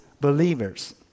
believers